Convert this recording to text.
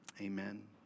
Amen